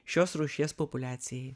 šios rūšies populiacijai